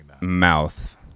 mouth